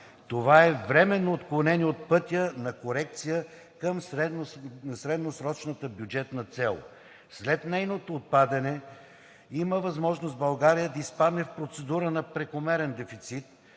Това е временно отклонение от пътя на корекция към средносрочната бюджетна цел. След нейното отпадане има възможност България да изпадне в процедура на прекомерен дефицит,